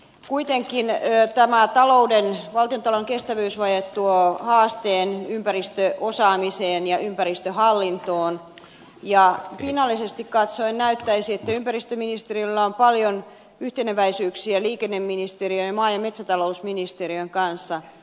kuitenkin tämä valtiontalouden kestävyysvaje tuo haasteen ympäristöosaamiseen ja ympäristöhallintoon ja pinnallisesti katsoen näyttäisi että ympäristöministerillä on paljon yhteneväisyyksiä liikenneministeriön ja maa ja metsätalousministeriön kanssa